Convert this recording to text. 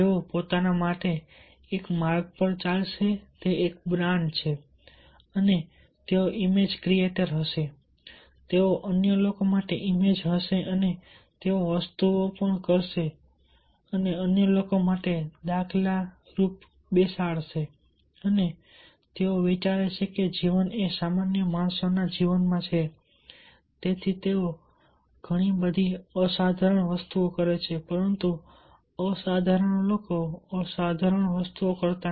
જેઓ પોતાના માટે એક માર્ગ પર ચાલશે તે એક બ્રાન્ડ છે અને તેઓ ઇમેજ ક્રિએટર હશે તેઓ અન્ય લોકો માટે ઇમેજ હશે અને તેઓ વસ્તુઓ પણ કરે છે અને અન્ય લોકો માટે દાખલા બેસાડશે અને તેઓ વિચારે છે કે જીવન એ સામાન્ય માણસોના જીવનમાં છે તેથી તેઓ ઘણી બધી અસાધારણ વસ્તુઓ કરે છે પરંતુ અસાધારણ લોકો અસાધારણ વસ્તુઓ નથી કરતા